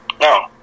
no